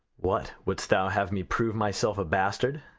what, wouldst thou have me prove myself a bastard?